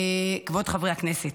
כבוד חברי הכנסת,